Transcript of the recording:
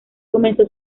comenzó